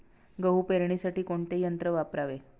गहू पेरणीसाठी कोणते यंत्र वापरावे?